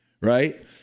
right